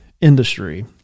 industry